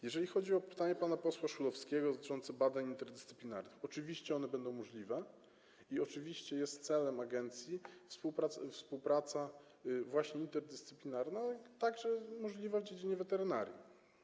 Jeżeli chodzi o pytanie pana posła Szulowskiego dotyczące badań interdyscyplinarnych, to oczywiście one będą możliwe i oczywiście celem agencji jest współpraca właśnie interdyscyplinarna, możliwa także w dziedzinie weterynarii.